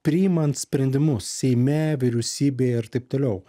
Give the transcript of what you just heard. priimant sprendimus seime vyriausybėje ir taip toliau